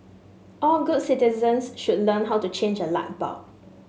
all good citizens should learn how to change a light bulb